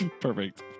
Perfect